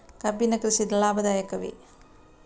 ಕಬ್ಬಿನ ಕೃಷಿ ಲಾಭದಾಯಕವೇ?